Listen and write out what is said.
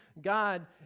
God